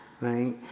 right